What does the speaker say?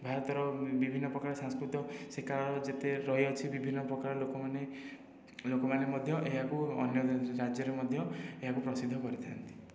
ଭାରତର ବିଭିନ୍ନ ପ୍ରକାର ସାଂସ୍କୃତିକ ସେ କାଳରେ ଯେତେ ରହିଅଛି ବିଭିନ୍ନ ପ୍ରକାର ଲୋକମାନେ ଲୋକମାନେ ମଧ୍ୟ ଏହାକୁ ଅନ୍ୟ ରାଜ୍ୟରେ ମଧ୍ୟ ଏହାକୁ ପ୍ରସିଦ୍ଧ କରିଥାନ୍ତି